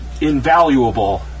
invaluable